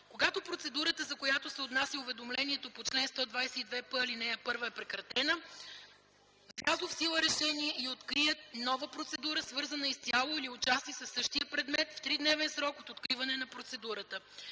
когато процедурата, за която се отнася уведомлението по чл. 122п, ал. 1, е прекратена с влязло в сила решение и открият нова процедура, свързана изцяло или отчасти със същия предмет – в тридневен срок от откриване на процедурата.